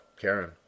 Karen